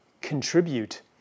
contribute